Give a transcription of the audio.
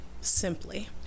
Simply